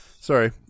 Sorry